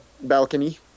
Balcony